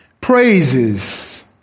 praises